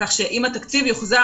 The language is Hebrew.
כך שאם התקציב יוחזר,